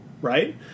right